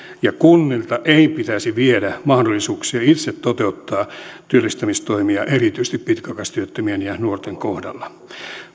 ja kunnilta ei pitäisi viedä mahdollisuuksia itse toteuttaa työllistämistoimia erityisesti pitkäaikaistyöttömien ja nuorten kohdalla